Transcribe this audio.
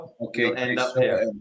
Okay